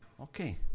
Okay